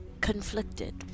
conflicted